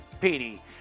Petey